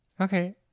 okay